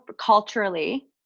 culturally